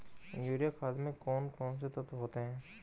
Urea खाद में कौन कौन से तत्व होते हैं?